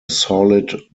solid